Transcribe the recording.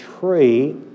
tree